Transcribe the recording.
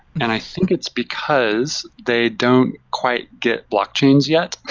and i think it's because they don't quite get blockchains yet,